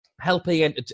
helping